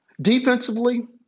Defensively